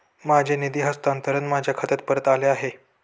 माझे निधी हस्तांतरण माझ्या खात्यात परत आले आहे